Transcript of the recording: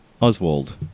Oswald